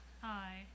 Hi